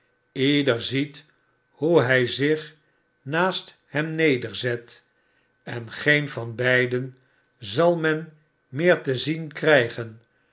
ieder ziet hoe hij zich naast hem nederzet en geen van beiden zal men meer te zien krygen